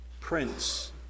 Prince